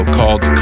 Called